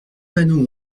panneaux